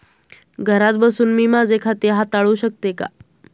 घरात बसून मी माझे खाते हाताळू शकते का?